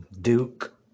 Duke